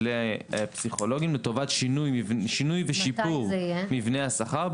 לפסיכולוגים לטובת שינוי ושיפור מבנה השכר.